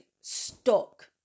stuck